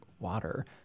water